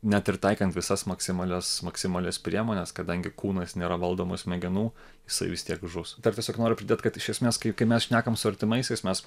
net ir taikant visas maksimalias maksimalias priemones kadangi kūnas nėra valdomas smegenų jisai vis tiek žus dar tiesiog noriu pridėt kad iš esmės kai kai mes šnekam su artimaisiais mes